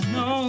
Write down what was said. no